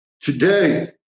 Today